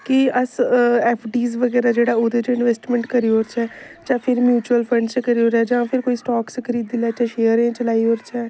कि अस F D बगैरा जेह्ड़ा ओह्दे च इन्वेस्टमेंट करी ओड़चै चाहे फिर म्युचूअल फंड्स च करी ओड़चै जां फिर कोई स्टाॅक्स खरीदी लैचे शेयर च लाई ओड़चै